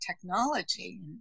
technology